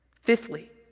Fifthly